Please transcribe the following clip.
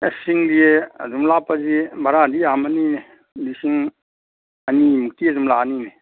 ꯑꯦꯁ ꯆꯤꯡꯗꯤ ꯑꯗꯨꯝ ꯂꯥꯞꯄꯗꯤ ꯚꯔꯥꯗꯤ ꯌꯥꯝꯃꯅꯤ ꯂꯤꯁꯤꯡ ꯑꯅꯤꯃꯨꯛꯇꯤ ꯑꯗꯨꯝ ꯂꯥꯛꯑꯅꯤꯅꯦ